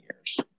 years